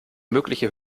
mögliche